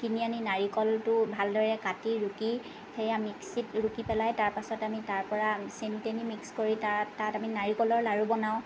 কিনি আনি নাৰিকলটো ভালদৰে কাটি ৰুকি সেই মিক্সিত ৰুকি পেলাই তাৰ পাছত আমি তাৰ পৰা চেনি তেনি মিক্স কৰি তাত তাত আমি নাৰিকলৰ লাড়ু বনাওঁ